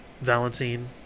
Valentine